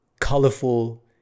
colorful